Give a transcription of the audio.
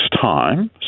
time